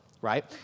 right